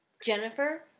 Jennifer